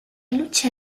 lucha